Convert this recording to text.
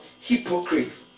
hypocrite